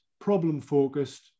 problem-focused